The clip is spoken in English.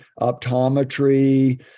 optometry